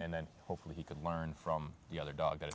and then hopefully he could learn from the other dog that